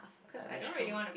uh that's true